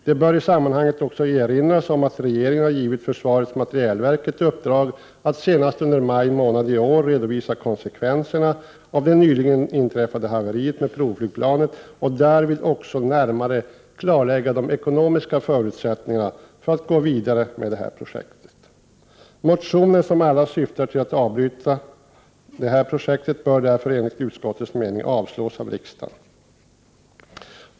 Det bör i sammanhanget erinras om att regeringen har givit försvarets materielverk ett uppdrag att senast under maj 1989 redovisa konsekvenserna av det nyligen inträffade haveriet med provflygplanet och därvid också närmare klarlägga de ekonomiska förutsättningarna för att gå vidare med projektet. Motionerna, som alla syftar till ett avbrytande av hela projektet, bör därför enligt utskottets mening avslås av riksdagen.